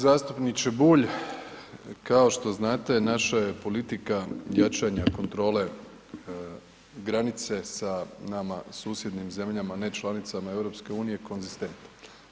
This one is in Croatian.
Zastupniče Bulj kao što znate naša je politika jačanja kontrole granice sa nama susjednim zemljama nečlanicama EU konzistentna.